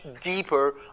deeper